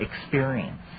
experience